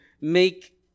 make